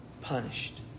punished